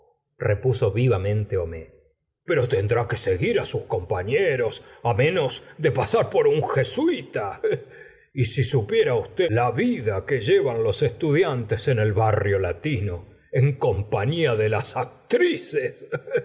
repuso vivamente homais pero tendrá que seguir sus compañeros á menos de pasar por un jesuita y si supiera usted la vida que llevan los estudiantes en el barrio latino en compañia de las actrices